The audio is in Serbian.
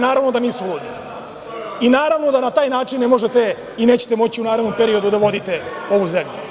Naravno da nisu ludi i naravno da na taj način ne možete, i nećete moći u narednom periodu da vodite ovu zemlju.